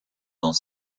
dans